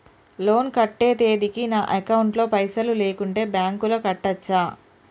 Loan కట్టే తేదీకి నా అకౌంట్ లో పైసలు లేకుంటే బ్యాంకులో కట్టచ్చా?